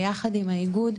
ביחד עם האיגוד,